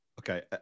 Okay